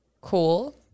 cool